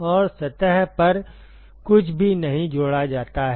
और सतह पर कुछ भी नहीं जोड़ा जाता है